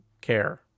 care